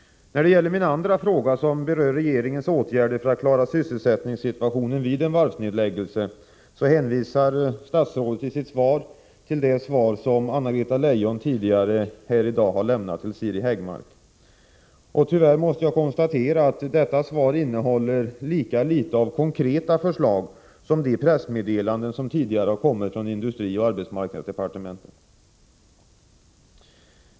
När det gäller min andra fråga, som berör regeringens åtgärder för att klara sysselsättningssituationen vid en varvsnedläggelse, hänvisar statsrådet i sitt svar till det svar som Anna-Greta Leijon tidigare här i dag har lämnat till Siri Häggmark. Tyvärr måste jag konstatera att detta svar innehåller lika litet av konkreta förslag som de pressmeddelanden som tidigare har kommit från industrioch arbetsmarknadsdepartementen.